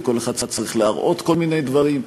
וכל אחד צריך להראות כל מיני דברים,